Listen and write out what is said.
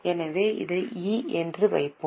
எனவே இதை E என வைப்போம்